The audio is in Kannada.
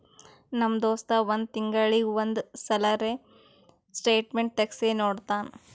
ನಮ್ ದೋಸ್ತ್ ಒಂದ್ ತಿಂಗಳೀಗಿ ಒಂದ್ ಸಲರೇ ಸ್ಟೇಟ್ಮೆಂಟ್ ತೆಗ್ಸಿ ನೋಡ್ತಾನ್